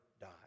die